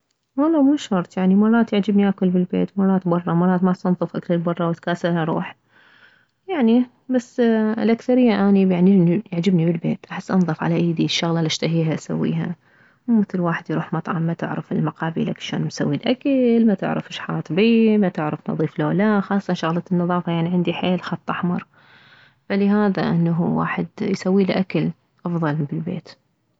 والله مو شرط يعني مرات يعجبني اكل بالبيت مرات بره مرات ما استنظف اكل البره واتكاسل اروح يعني بس عالاكثرية اني يعجبني بالبيت احس انظف على ايدي الشغلة الاشتهيها اسويها مو مثل واحد يروح مطعم ما تعرف المقابيلك شلون مسوي الاكل ما تعرف شحاط بيه ما تعرف نظيف لولا خاصة شغلة النظافة عندي حيل خط احمر فلهذا انه الواحد يسويله اكل افضل بالبيت